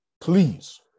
please